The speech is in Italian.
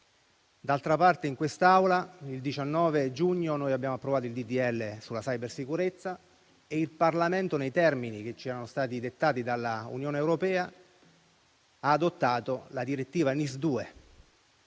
D'altra parte, in quest'Aula il 19 giugno abbiamo approvato il disegno di legge sulla cybersicurezza e il Parlamento, nei termini che ci erano stati dettati dall'Unione europea, ha adottato la direttiva NIS2,